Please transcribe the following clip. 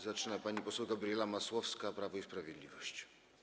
Zaczyna pani poseł Gabriela Masłowska, Prawo i Sprawiedliwość.